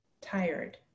tired